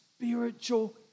spiritual